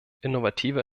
innovative